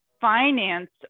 finance